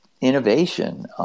innovation